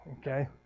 Okay